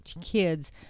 kids